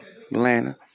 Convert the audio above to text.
Atlanta